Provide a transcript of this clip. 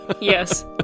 Yes